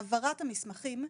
העברת המסמכים.